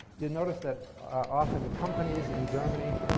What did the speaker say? you notice that often companies in germany,